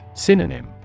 Synonym